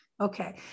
okay